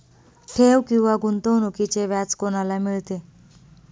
ठेव किंवा गुंतवणूकीचे व्याज कोणाला मिळते?